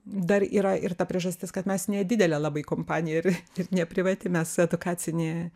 dar yra ir ta priežastis kad mes nedidelė labai kompanija ir ne privati mes edukacinė